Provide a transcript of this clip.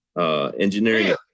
Engineering